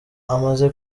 amaze